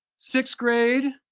sixth grade